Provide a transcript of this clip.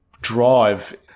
drive